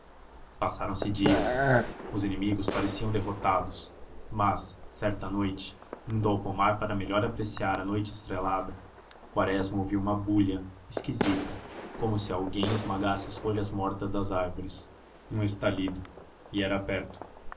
passaram-se dias os inimigos pareciam derrotados mas certa noite indo ao pomar para melhor apreciar a noite estrelada quaresma ouviu uma bulha esquisita como se alguém esmagasse as folhas mortas das árvores um estalido e era perto